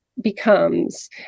becomes